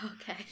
Okay